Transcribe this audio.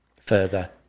Further